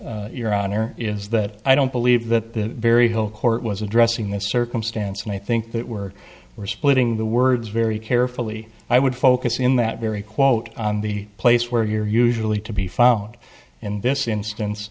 honor is that i don't believe that the very whole court was addressing this circumstance and i think that we're we're splitting the words very carefully i would focus in that very quote on the place where you're usually to be found in this instance